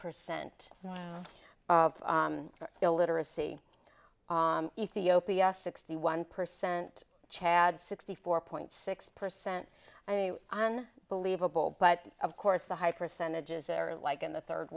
percent of illiteracy ethiopia sixty one percent chad sixty four point six percent i mean on believable but of course the high percentages are like in the third